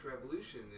Revolution